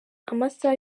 amasaha